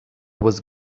was